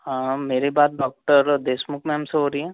हाँ मेरी बात डॉक्टर देशमुख मैम से हो रही है